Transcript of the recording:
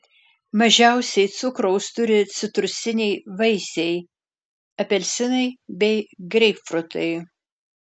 mažiausiai cukraus turi citrusiniai vaisiai apelsinai bei greipfrutai